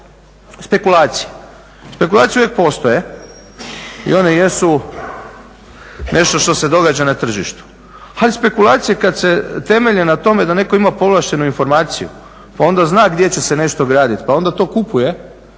spekulacija. Spekulacije uvijek postoje i one jesu nešto što se događa na tržištu. Ali spekulacije kada se temelje na tome da netko ima povlaštenu informaciju pa onda zna gdje će se nešto graditi pa onda to kupuje